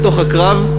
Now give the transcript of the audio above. לתוך הקרב,